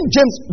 James